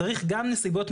צריך גם נסיבות מיוחדות.